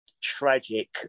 tragic